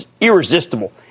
irresistible